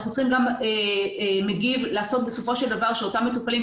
אנחנו גם צריכים בסופו של דבר שאותם מטופלים,